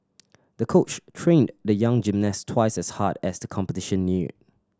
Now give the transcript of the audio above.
the coach trained the young gymnast twice as hard as the competition neared